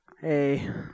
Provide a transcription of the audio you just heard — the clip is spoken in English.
Hey